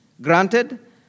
granted